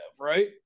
right